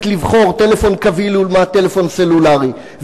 לבחור טלפון קווי לעומת טלפון סלולרי,